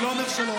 אני לא אומר שלא,